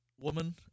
woman